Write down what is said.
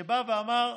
שבא ואמר: